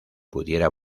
pudiera